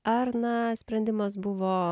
ar na sprendimas buvo